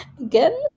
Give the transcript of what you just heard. again